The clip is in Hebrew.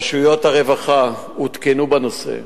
רשויות הרווחה עודכנו בנושא,